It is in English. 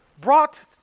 brought